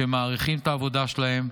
שמעריכים את העבודה שלהם,